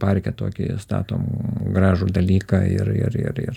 parke tokioje statom gražų dalyką ir ir ir ir